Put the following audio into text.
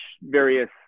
various